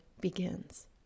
begins